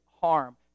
harm